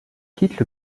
quittent